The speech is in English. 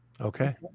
Okay